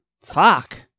fuck